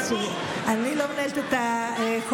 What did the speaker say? אני לא מנהלת את הקואליציה,